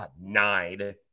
nine